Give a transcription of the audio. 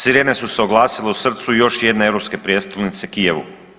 Sirene su se oglasile u srcu još jedne europske prijestolnice Kijevu.